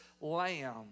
Lamb